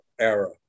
era